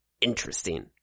interesting